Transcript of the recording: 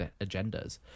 agendas